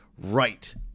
Right